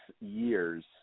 years